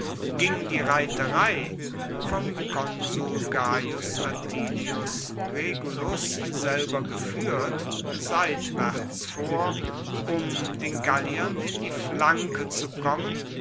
ging die reiterei vom konsul gaius atilius regulus selber gefuehrt seitwaerts vor um den galliern in die flanke zu kommen